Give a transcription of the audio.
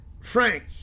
Frank